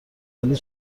ولی